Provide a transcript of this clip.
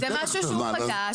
זה משהו שהוא חדש.